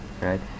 right